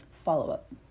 follow-up